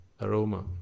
aroma